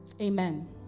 Amen